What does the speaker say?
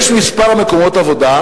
יש כמה מקומות עבודה,